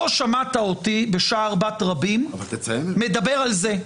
לא שמעת אותי בשער בת רבים מדבר על זה.